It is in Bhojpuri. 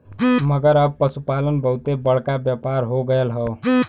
मगर अब पसुपालन बहुते बड़का व्यापार हो गएल हौ